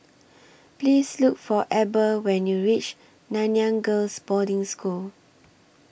Please Look For Eber when YOU REACH Nanyang Girls' Boarding School